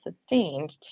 sustained